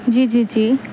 جی جی جی